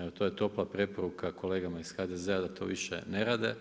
Evo, to je topla preporuka, kolegama iz HDZ-a da to više ne rade,